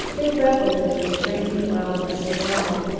they reveled in the strange wildness of it all.